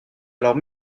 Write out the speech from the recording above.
alors